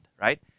right